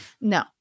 No